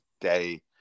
day